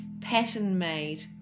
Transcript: pattern-made